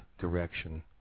direction